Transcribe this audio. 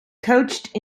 coached